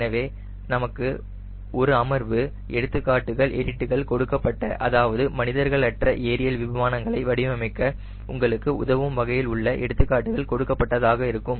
எனவே நமக்கு ஒரு அமர்வு எடுத்துக்காட்டுகள் எடிட்டுகள் கொடுக்கப்பட்ட அதாவது மனிதர்கள் அற்ற ஏரியல் வாகனங்களை வடிவமைக்க உங்களுக்கு உதவும் வகையில் உள்ள எடுத்துக்காட்டுகள் கொடுக்கப்பட்டதாக இருக்கும்